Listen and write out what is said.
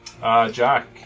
Jack